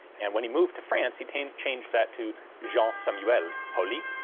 and when he moved to france he changed changed that to jean samuel pauly,